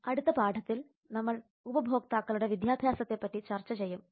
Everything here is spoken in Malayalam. അടുത്ത പാഠത്തിൽ നമ്മൾ ഉപഭോക്താക്കളുടെ വിദ്യാഭ്യാസത്തെപ്പറ്റി ചർച്ച ചെയ്യും